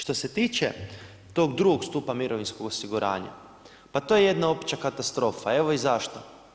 Što se tiče tog drugog stupa mirovinskog osiguranja, pa to je jedna opća katastrofa, evo i zašto.